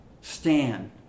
Stand